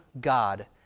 God